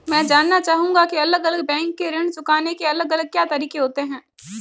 मैं जानना चाहूंगा की अलग अलग बैंक के ऋण चुकाने के अलग अलग क्या तरीके होते हैं?